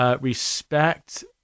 Respect